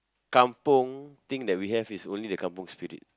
kampung thing that we have is only the kampung spirit